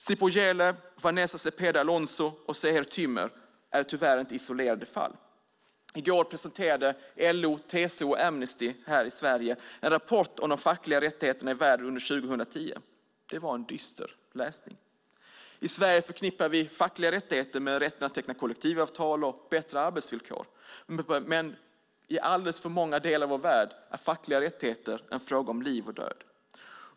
Sipho Jele, Vanessa Zepeda Alonzo och Seher Tümer är tyvärr inte isolerade fall. I går presenterade LO, TCO och Amnesty här i Sverige en rapport om de fackliga rättigheterna i världen under 2010. Det var en dyster läsning. I Sverige förknippar vi fackliga rättigheter med rätten att teckna kollektivavtal och bättre arbetsvillkor. Men i alldeles för många delar av vår värld är fackliga rättigheter en fråga om liv och död.